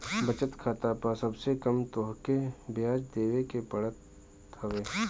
बचत खाता पअ सबसे कम तोहके बियाज देवे के पड़त हवे